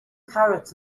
carrots